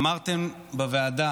אמרתן בוועדה